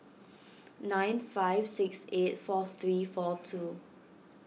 nine five six eight four three four two